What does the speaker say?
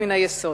מן היסוד.